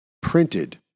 printed